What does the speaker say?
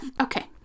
Okay